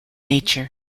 nature